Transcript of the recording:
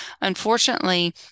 Unfortunately